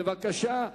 בבקשה.